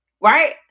right